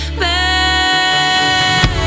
back